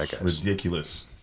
ridiculous